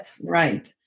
Right